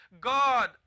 God